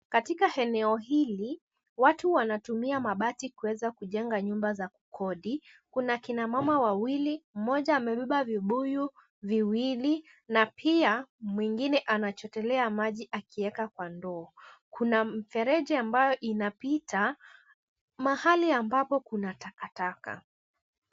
Katika eneo hili, watu wanatumia mabati kuweza kujenga nyumba za kukodi. Kuna kina mama wawili, mmoja amebeba vibuyu viwili na pia mwingine anachotelea maji akieka kwa ndoo. Kuna mfereji ambayo inapita mahali ambapo kuna takataka.